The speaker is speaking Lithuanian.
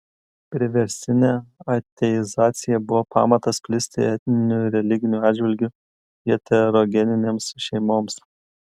priverstinė ateizacija buvo pamatas plisti etniniu ir religiniu atžvilgiu heterogeninėms šeimoms